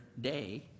day